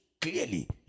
clearly